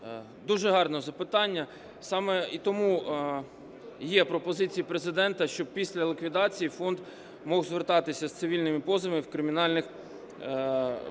дуже гарне запитання. Саме тому є пропозиції Президента, щоб після ліквідації фонд міг звертатися з цивільними позовами у кримінальному процесі,